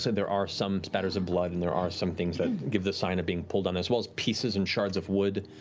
so there are some spatters of blood and there are some things that give the sign of being pulled on as well as pieces and shards of wood,